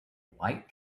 white